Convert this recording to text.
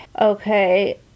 okay